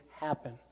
happen